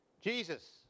Jesus